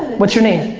what's your name?